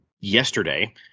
yesterday